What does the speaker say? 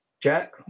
Jack